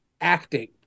acting